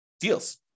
deals